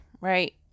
right